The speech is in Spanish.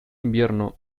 invierno